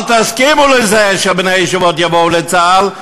אל תסכימו לזה שבני הישיבות יבואו לצה"ל,